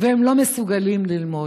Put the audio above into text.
והם לא מסוגלים ללמוד.